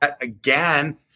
again